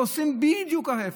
ועושים בדיוק ההפך.